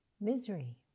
misery